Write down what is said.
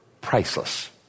Priceless